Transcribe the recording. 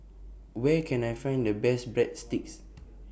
Where Can I Find The Best Breadsticks